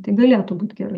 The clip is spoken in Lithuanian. tai galėtų būti gerai